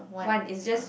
one is just